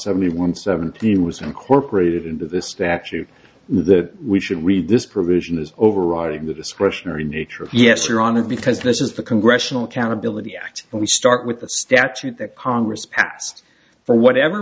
seventy one seventy was incorporated into the statute that we should read this provision is overriding the discretionary nature of yes your honor because this is the congressional accountability act and we start with a statute that congress passed for whatever